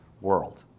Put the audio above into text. world